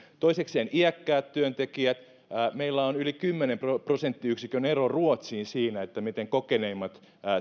toisekseen iäkkäät työntekijät meillä on yli kymmenen prosenttiyksikön ero ruotsiin siinä miten kokeneimmat